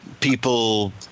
people